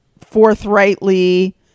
forthrightly